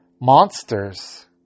monsters